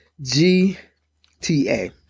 G-T-A